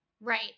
Right